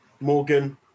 Morgan